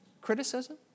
criticism